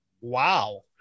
Wow